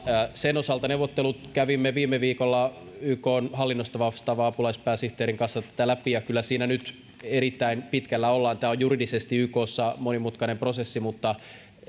sen osalta kävimme neuvotteluissa viime viikolla ykn hallinnosta vastaavan apulaispääsihteerin kanssa tätä läpi ja kyllä siinä nyt erittäin pitkällä ollaan tämä on juridisesti ykssa monimutkainen prosessi mutta